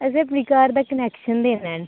ते इक्क घर दा कनेक्शन देना ऐ